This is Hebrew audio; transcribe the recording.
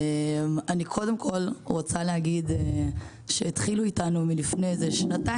קודם כל, אני רוצה להגיד שלפני בערך שנה